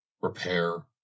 repair